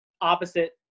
opposite